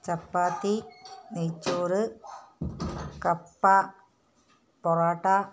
ചപ്പാത്തി നെയ്ച്ചോറ് കപ്പ പൊറോട്ട